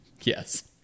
Yes